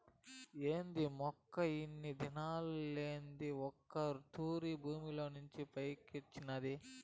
ఏంది మొక్క ఇన్ని దినాలుగా లేంది ఒక్క తూరె భూమిలోంచి పైకొచ్చినాది